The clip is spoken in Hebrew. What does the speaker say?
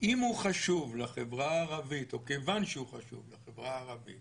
אם הוא חשוב לחברה הערבית או כיוון שהוא חשוב לחברה הערבית